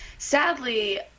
Sadly